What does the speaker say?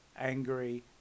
angry